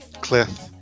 Cliff